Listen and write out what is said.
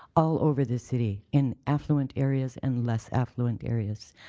all over the city. in affluent areas and less affluent areas.